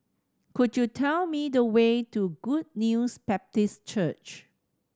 could you tell me the way to Good News Baptist Church